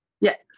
Yes